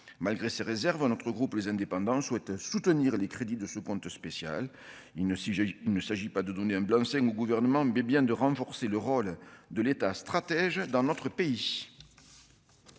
malgré ces réserves, notre groupe les indépendants souhaite soutenir les crédits de ce compte spécial il ne si j'ai, il ne s'agit pas de donner un blanc-seing au gouvernement, mais bien de renforcer le rôle de l'État, stratège dans notre pays.